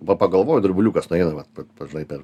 va pagalvojau drebuliukas nuėjo vat pažai per